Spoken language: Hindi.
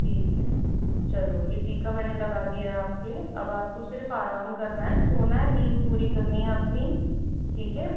ठीक है चलो ये टीका मैंने लगा दिया है आपके अब आप को सिर्फ़ आराम करना है सोना है नींद पूरी करनी है अपनी ठीक है